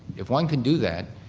if one can do that,